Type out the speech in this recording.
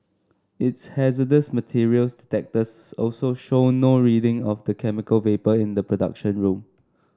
its hazardous materials detectors also showed no reading of the chemical vapour in the production room